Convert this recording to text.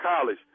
college